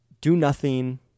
do-nothing